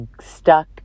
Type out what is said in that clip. stuck